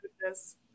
goodness